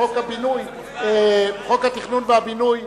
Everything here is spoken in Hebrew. חוק התכנון והבינוי.